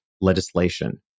legislation